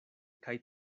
kaj